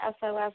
SOS